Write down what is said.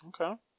Okay